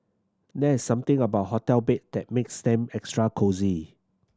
there's something about hotel bed that makes them extra cosy